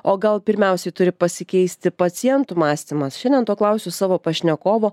o gal pirmiausiai turi pasikeisti pacientų mąstymas šiandien to klausiu savo pašnekovo